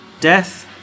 death